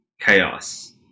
chaos